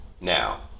Now